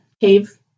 cave